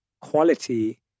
quality